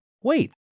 wait